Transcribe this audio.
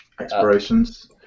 Expirations